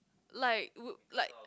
like would like